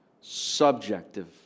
Subjective